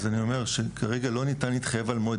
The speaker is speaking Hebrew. אז אני אומר שכרגע לא ניתן להתחייב על מועד,